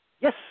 Yes